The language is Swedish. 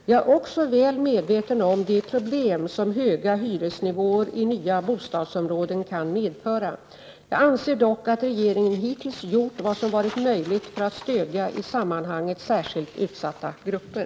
Jag är också väl medveten om de problem som höga hyresnivåer i nya bostadsområden kan medföra. Jag anser dock att regeringen hittills gjort vad som varit möjligt för att stödja i sammanhanget särskilt utsatta grupper.